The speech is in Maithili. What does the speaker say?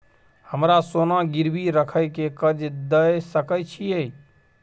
हमरा सोना गिरवी रखय के कर्ज दै सकै छिए?